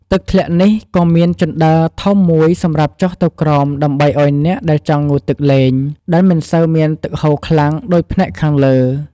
ទឹកធ្លាក់នេះក៏មានជណ្ដើរធំមួយសម្រាប់ចុះទៅក្រោមដើម្បីឲ្យអ្នកដែលចង់ងូតទឹកលេង ដែលមិនសូវមានទឹកហូរខ្លាំងដូចផ្នែកខាងលើ។